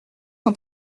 son